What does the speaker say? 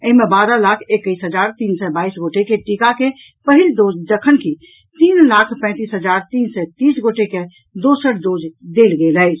एहि मे बारह लाख एकैस हजार तीन सय बाईस गोटे के टीका के पहिला डोज जखन कि तीन लाख पैंतीस हजार तीन सय तीस गोटे के दोसर डोज देल गेल अछि